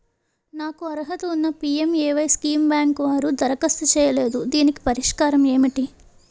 నాకు అర్హత ఉన్నా పి.ఎం.ఎ.వై స్కీమ్ బ్యాంకు వారు దరఖాస్తు చేయలేదు దీనికి పరిష్కారం ఏమిటి?